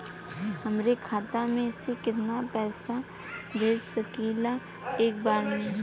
हमरे खाता में से कितना पईसा भेज सकेला एक बार में?